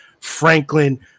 Franklin